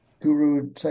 guru